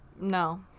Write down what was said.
No